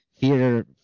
fear